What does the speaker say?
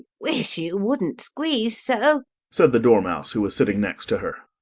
wish you wouldn't squeeze so said the dormouse, who was sitting next to her.